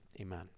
Amen